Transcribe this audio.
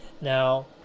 now